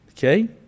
Okay